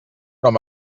com